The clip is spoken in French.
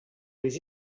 les